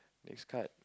makes card